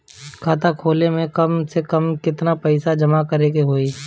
खाता खोले में कम से कम केतना पइसा जमा करे के होई?